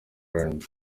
rnb